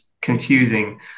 confusing